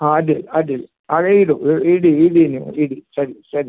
ಹಾಂ ಅಡ್ಡಿಲ್ಲ ಅಡ್ಡಿಲ್ಲ ಆಗ ಇಡು ಇಡಿ ಇಡಿ ನೀವು ಇಡಿ ಸರಿ ಸರಿ